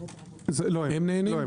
לא הם.